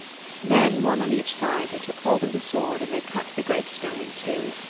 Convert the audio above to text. then, one on each side, they took hold of the sword and they cut the great stone in two.